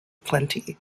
plenty